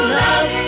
love